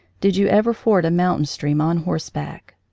did you ever ford a mountain stream on horseback?